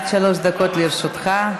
עד שלוש דקות לרשותך.